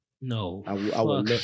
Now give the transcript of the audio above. No